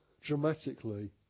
dramatically